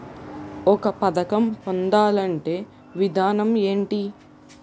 ఒక పథకం పొందాలంటే విధానం ఏంటి?